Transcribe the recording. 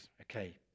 okay